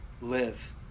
live